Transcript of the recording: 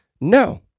No